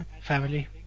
Family